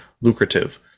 lucrative